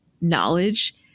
knowledge